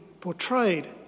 portrayed